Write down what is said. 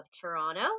Toronto